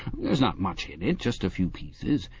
there's not much in it. just a few pieces.